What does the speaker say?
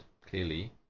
clearly